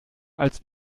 als